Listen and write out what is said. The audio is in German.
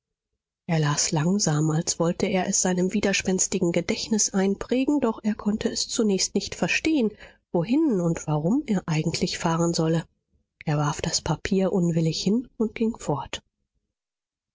er las langsam als wollte er es seinem widerspänstigen gedächtnis einprägen doch er konnte es zunächst nicht verstehen wohin und warum er eigentlich fahren solle er warf das papier unwillig hin und ging fort